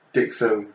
Dixon